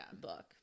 book